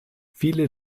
viele